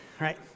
right